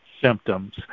symptoms